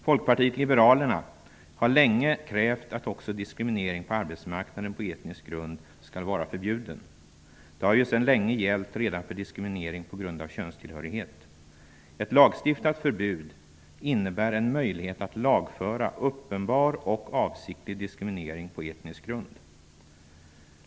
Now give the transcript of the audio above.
Folkpartiet liberalerna har länge krävt att också diskriminering på arbetsmarknaden på etnisk grund skall vara förbjuden. Det har ju sedan länge gällt för diskriminering på grund av könstillhörighet. Ett lagstiftat förbud innebär en möjlighet att lagföra uppenbar och avsiktlig diskriminering på etnisk grund.